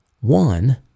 One